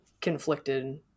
conflicted